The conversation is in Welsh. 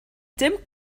dim